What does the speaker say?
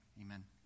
Amen